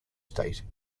state